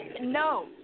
No